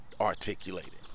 articulated